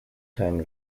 time